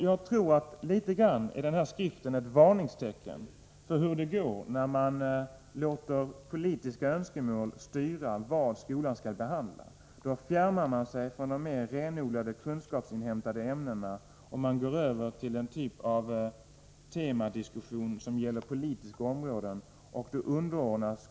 Jag tror att den här skriften i viss mån är ett varningstecken som visar hur det kan gå, när man låter politiska önskemål styra vad skolarbetet skall omfatta. Om man går över till den typ av temadiskussioner som gäller politiska områden, så fjärmar man sig från de mer renodlade kunskapsinhämtande ämnena.